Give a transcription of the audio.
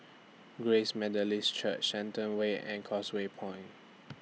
Grace Methodist Church Shenton Way and Causeway Point